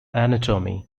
anatomy